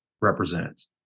represents